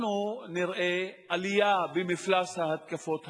אנחנו נראה עלייה במפלס ההתקפות האלה.